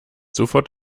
sofort